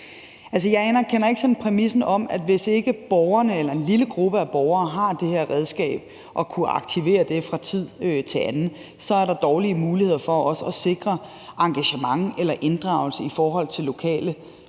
Jeg anerkender ikke sådan præmissen om, at hvis ikke borgerne eller en lille gruppe af borgere havde det her redskab og kunne aktivere det fra tid til anden, ville der være dårligere muligheder for at sikre engagementet eller inddragelsen i forhold til lokale vigtige